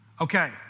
Okay